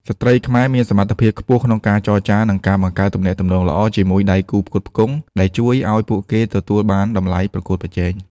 ស្ត្រីខ្មែរមានសមត្ថភាពខ្ពស់ក្នុងការចរចា និងការបង្កើតទំនាក់ទំនងល្អជាមួយដៃគូផ្គត់ផ្គង់ ដែលជួយឱ្យពួកគេទទួលបានតម្លៃប្រកួតប្រជែង។